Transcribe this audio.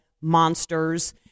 monsters